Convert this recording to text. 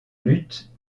lutte